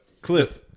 Cliff